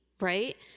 right